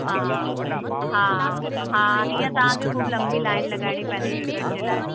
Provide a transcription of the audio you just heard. हा हा हा हींअर तव्हांखे ख़ूबु लंबी लाइन लॻाइणी पवंदी टिकट जे लाइ